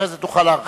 אחר כך תוכל להרחיב.